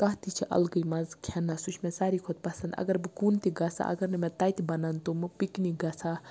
تَتھ تہِ چھ اَلگی مَزٕ کھیٚنَس سُہ چھُ مےٚ ساروٕے کھۄتہٕ پَسَنٛد اگر بہٕ کُن تہِ گَژھِ اَگَر نہٕ مےٚ تَتہٕ بَنَن تٕمہٕ پِکنِک گَژھٕ ہا